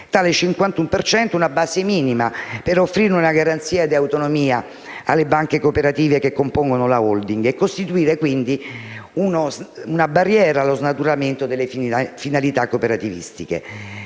cento è una base minima per offrire una garanzia di autonomia alle banche cooperative che compongono la *holding* e costituisce quindi una barriera allo snaturamento delle finalità cooperativistiche.